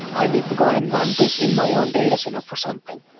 i need to go ahead and run this in my own data center for something.